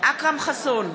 אכרם חסון,